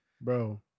bro